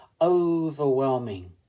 overwhelming